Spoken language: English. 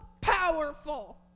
powerful